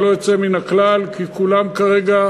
ללא יוצא מן הכלל, כי כולם כרגע,